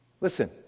Listen